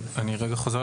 עוד.